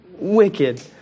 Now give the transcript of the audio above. wicked